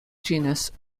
genus